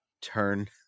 turn